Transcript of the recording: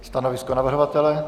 Stanovisko navrhovatele?